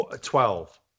Twelve